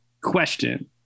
question